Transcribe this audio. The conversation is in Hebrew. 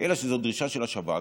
אלא שזו דרישה של השב"כ,